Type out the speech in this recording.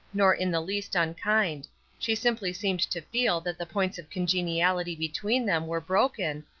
nor in the least unkind she simply seemed to feel that the points of congeniality between them were broken,